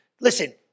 listen